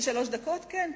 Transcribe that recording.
שלוש דקות, כן.